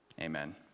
Amen